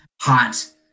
hot